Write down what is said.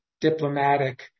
diplomatic